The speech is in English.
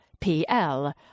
PL